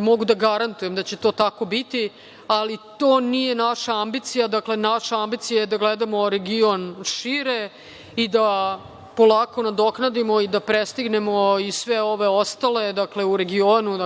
mogu da garantujem da će to tako biti, ali to nije naša ambicija, dakle naša ambicija je da gledamo region šire i da polako nadoknadimo i da prestignemo i sve ove ostale u regionu,